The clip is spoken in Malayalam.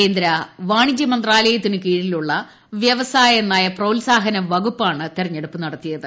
കേന്ദ്ര വാണിജ്യമന്ത്രാലയത്തിന് കീഴിലുള്ള വ്യവ്സായ നയ പ്രോത്സാഹന വകുപ്പാണ് തെരഞ്ഞെടുപ്പ് ന്ടത്തിയത്